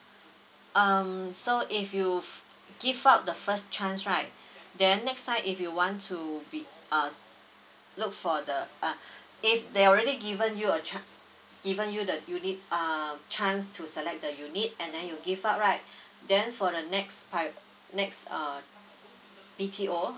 um so if you give up the first chance right then next time if you want to be uh look for the err if they already given you a cha~ given you the you need a chance to select the unit and then you give up right then for the next qui~ next err B_T_O